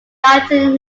latin